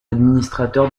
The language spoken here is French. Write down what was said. administrateur